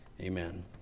Amen